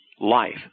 life